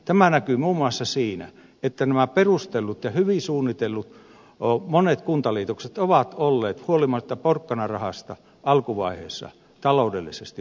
tämä näkyy muun muassa siinä että nämä monet perustellut ja hyvin suunnitellut kuntaliitokset ovat olleet huolimatta porkkanarahasta alkuvaiheessa taloudellisesti vaikeuksissa